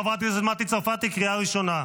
חברת הכנסת מטי צרפתי, קריאה ראשונה.